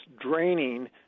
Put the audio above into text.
draining